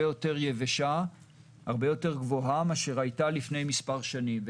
יותר גבוהה מאשר הייתה לפני כמה שנים,